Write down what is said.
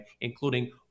including